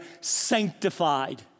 sanctified